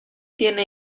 tiene